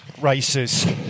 races